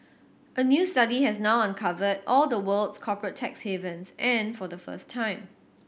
a new study has now uncovered all the world's corporate tax havens and for the first time